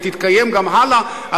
היא תתקיים גם הלאה,